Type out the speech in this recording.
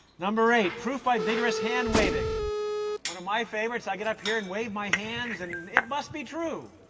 number eight proof by vigorous hand-waving one of my favorites i get up here and wave my hands. and it must be true.